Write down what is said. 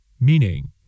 meaning